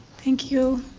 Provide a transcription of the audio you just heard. thank you.